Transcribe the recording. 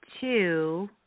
two